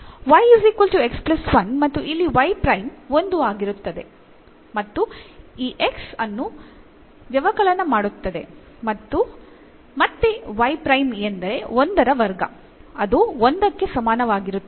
ಮತ್ತು ಇಲ್ಲಿ y 1 ಆಗಿರುತ್ತದೆ ಮತ್ತು ಈ x ಅನ್ನು ವ್ಯವಕಲನಮಾಡುತ್ತದೆ ಮತ್ತು ಮತ್ತೆ y ಎಂದರೆ 1 ರ ವರ್ಗ ಅದು 1 ಕ್ಕೆ ಸಮವಾಗಿರುತ್ತದೆ